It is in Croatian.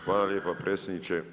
Hvala lijepa predsjedniče.